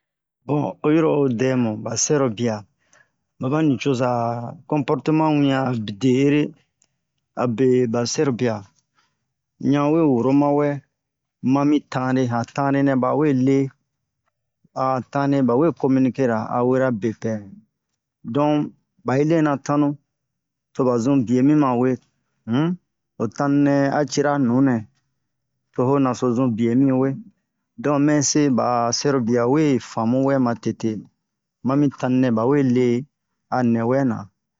bon oyiro o dɛ mu ɓa sɛrobiya ma ba nicoza cɔnpɔrteman wiyan a de'ere abe ɓa sɛrobiya ɲan we woro ma wɛ mami tanre han tanre nɛ bawe le bawe cominikera a wera bepɛ bahi lena tanu to ba zun bie mima we un ho tanu a cira nunɛ to ho naso zun bie miwe dɔ mɛse ba sɛrio we famu wɛ matete mami tanu nɛ bawe le a nɛ wɛ na